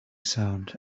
sound